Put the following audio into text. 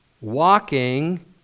Walking